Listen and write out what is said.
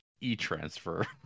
e-transfer